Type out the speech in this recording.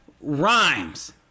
Rhymes